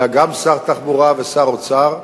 שהיה גם שר התחבורה וגם שר האוצר,